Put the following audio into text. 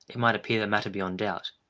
it might appear a matter beyond doubt,